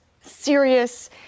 serious